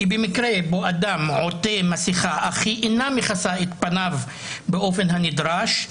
כי במקרה שבו אדם עוטה מסכה אך היא אינה מכסה את פניו באופן הנדרש,